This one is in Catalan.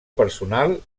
personal